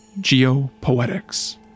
geopoetics